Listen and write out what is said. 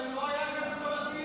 הרי הוא לא היה כאן כל הדיון.